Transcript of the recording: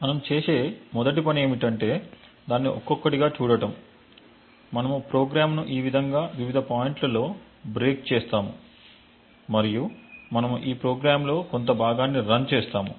మనం చేసే మొదటి పని ఏమిటంటే దాన్ని ఒక్కొక్కటిగా చూడటం మనము ప్రోగ్రామ్ను ఈ విధంగా వివిధ పాయింట్లలో బ్రేక్ చేస్తాము మరియు మనము ఈ ప్రోగ్రామ్లో కొంత భాగాన్ని రన్ చేస్తాము